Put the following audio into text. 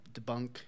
debunk